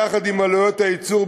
יחד עם עלויות הייצור,